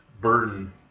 burden